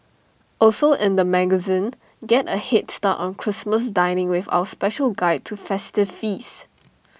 also in the magazine get A Head start on Christmas dining with our special guide to festive feasts